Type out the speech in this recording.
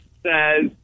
Says